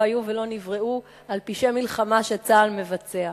היו ולא נבראו על פשעי מלחמה שצה"ל מבצע.